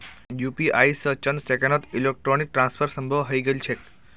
UPI स चंद सेकंड्सत इलेक्ट्रॉनिक ट्रांसफर संभव हई गेल छेक